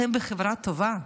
אתם בחברה טובה,